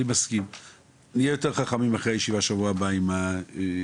נהיה יותר חכמים אחרי הישיבה שבוע הבא עם מערכת